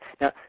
Now